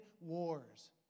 wars